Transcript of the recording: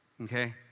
okay